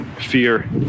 fear